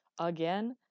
again